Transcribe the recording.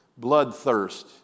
bloodthirst